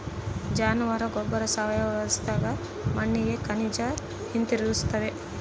ಜಾನುವಾರ ಗೊಬ್ಬರ ಸಾವಯವ ವ್ಯವಸ್ಥ್ಯಾಗ ಮಣ್ಣಿಗೆ ಖನಿಜ ಹಿಂತಿರುಗಿಸ್ತತೆ